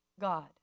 God